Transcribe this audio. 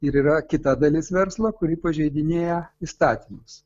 ir yra kita dalis verslo kuri pažeidinėja įstatymus